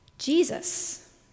Jesus